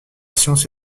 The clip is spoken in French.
science